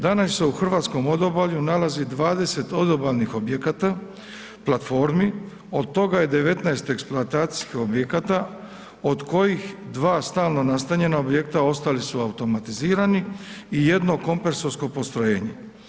Danas se u hrvatskom odobalju nalazi 20 odobalnih objekata, platformi, od toga je 19 eksploatacijskih objekata od kojih 2 stalno nastanjena objekta, ostali su automatizirani i jedno kompresorsko postrojenje.